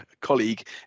colleague